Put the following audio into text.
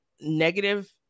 negative